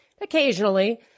occasionally